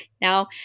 Now